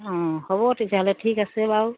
অঁ হ'ব তেতিয়াহ'লে ঠিক আছে বাৰু